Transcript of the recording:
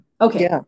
Okay